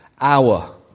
hour